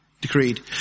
decreed